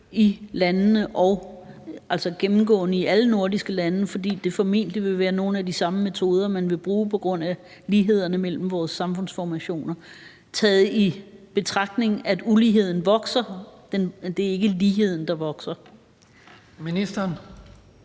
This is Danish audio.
økonomisk-sociale lighed i alle nordiske lande, fordi det formentlig vil være nogle af de samme metoder, man vil bruge på grund af lighederne mellem vores samfundsformationer, taget i betragtning af at uligheden vokser; det er ikke ligheden, der vokser. Kl.